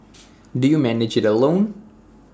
do you manage IT alone